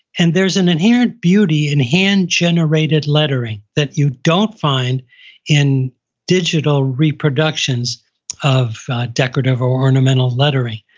and there's an inherent beauty in hand generated lettering that you don't find in digital reproductions of decorative or ornamental lettering.